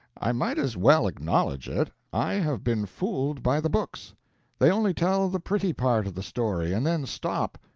i might as well acknowledge it, i have been fooled by the books they only tell the pretty part of the story, and then stop.